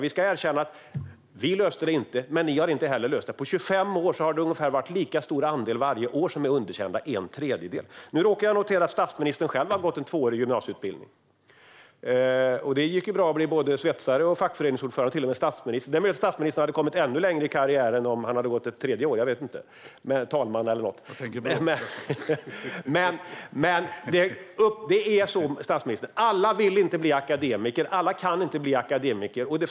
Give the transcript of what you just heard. Jag ska erkänna att vi inte löste det. Men ni har inte heller löst det. På 25 år har det varit en ungefär lika stor andel varje år som är underkända, det vill säga en tredjedel. Nu råkar jag notera att statsministern själv har gått en tvåårig gymnasieutbildning, och det gick ju bra att bli både svetsare och fackföreningsordförande och till och med statsminister. Det är möjligt att statsministern hade kommit ännu längre i karriären om han hade gått ett tredje år och kanske blivit talman eller något. Alla vill inte bli akademiker, statsministern, och alla kan inte bli akademiker.